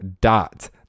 dot